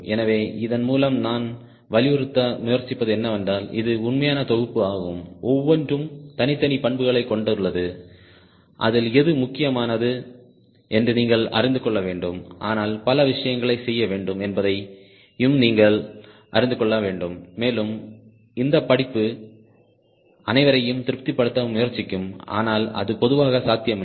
எனவே இதன் மூலம் நான் வலியுறுத்த முயற்சிப்பது என்னவென்றால் இது உண்மையான தொகுப்பு ஆகும் ஒவ்வொன்றும் தனித்தனி பண்புகளைக் கொண்டுள்ளது அதில் எது முக்கியமானது என்று நீங்கள் அறிந்து கொள்ள வேண்டும் ஆனால் பல விஷயங்களைச் செய்ய வேண்டும் என்பதையும் நீங்கள் அறிந்து கொள்ள வேண்டும்மேலும் இந்த படிப்பு அனைவரையும் திருப்திப்படுத்த முயற்சிக்கும் ஆனால் அது பொதுவாக சாத்தியமில்லை